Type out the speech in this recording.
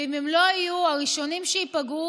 ואם הם לא יהיו, הראשונים שייפגעו